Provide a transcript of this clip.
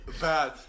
Bad